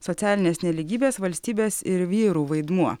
socialinės nelygybės valstybės ir vyrų vaidmuo